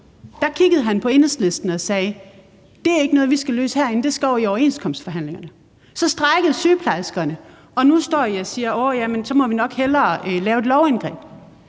kiggede han på Enhedslisten og sagde: Det er ikke noget, vi skal løse herinde; det skal over i overenskomstforhandlingerne. Så strejkede sygeplejerskerne, og nu står I og siger: Jamen så må vi nok hellere lave et lovindgreb.